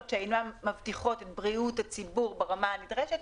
שאינן מבטיחות את בריאות הציבור ברמה הנדרשת.